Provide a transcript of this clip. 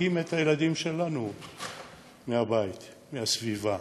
מרחיקים את הילדים שלנו מהבית, מהסביבה,